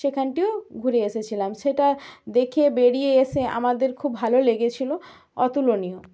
সেখানটিও ঘুরে এসেছিলাম সেটা দেখে বেরিয়ে এসে আমাদের খুব ভালোও লেগেছিল অতুলনীয়